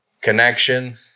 connection